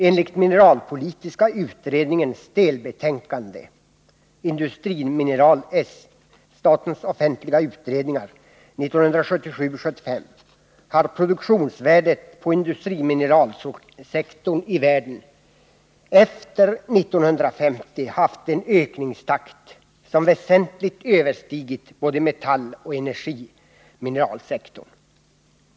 Enligt mineralpolitiska utredningens delbetänkande Industrimineral, SOU 1977:75, har produktionsvärdet på industrimineralsektorn i världen efter 1950 haft en ökningstakt som väsentligt överstigit både metalloch energimineralsektorn.